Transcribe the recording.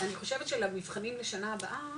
אני חושבת שלמבחנים לשנה הבאה